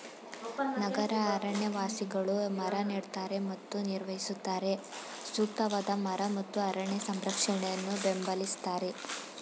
ನಗರ ಅರಣ್ಯವಾಸಿಗಳು ಮರ ನೆಡ್ತಾರೆ ಮತ್ತು ನಿರ್ವಹಿಸುತ್ತಾರೆ ಸೂಕ್ತವಾದ ಮರ ಮತ್ತು ಅರಣ್ಯ ಸಂರಕ್ಷಣೆಯನ್ನು ಬೆಂಬಲಿಸ್ತಾರೆ